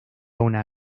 una